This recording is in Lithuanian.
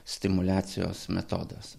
stimuliacijos metodas